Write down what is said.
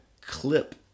clip